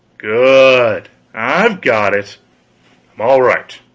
good, i've got it. i'm all right.